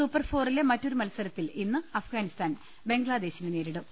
സൂപ്പർഫോറിലെ മറ്റൊരു മത്സരത്തിൽ ഇന്ന് അഫ്ഗാനിസ്ഥാൻ ബംഗ്ലാദേശിനെ നേരിടും